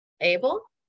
able